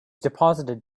deposited